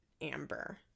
Amber